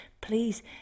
please